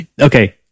Okay